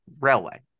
Railway